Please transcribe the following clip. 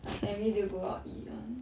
like every day go out eat [one]